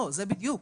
זה בדיוק.